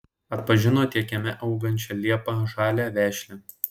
atpažino tik kieme augančią liepą žalią vešlią